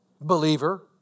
Believer